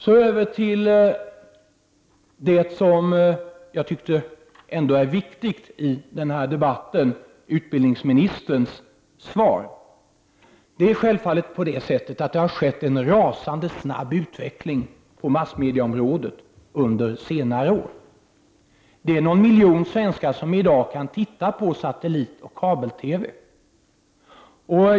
Så över till det som ändå är det viktiga i denna debatt, nämligen utbildningsministerns svar. Det är självfallet på det sättet att det har skett en rasande snabb utveckling på massmedieområdet under senare år. Någon miljon svenskar kan i dag titta på satellitoch kabel-TV.